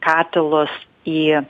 katilus į